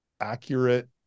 accurate